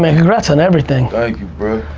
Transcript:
um congrats on everything. thank you bro.